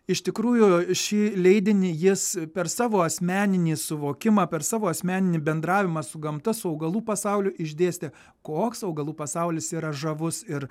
iš tikrųjų šį leidinį jis per savo asmeninį suvokimą per savo asmeninį bendravimą su gamta su augalų pasauliu išdėstė koks augalų pasaulis yra žavus ir